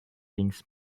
things